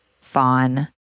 fawn